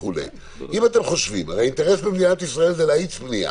הרי האינטרס במדינת ישראל זה להאיץ בנייה,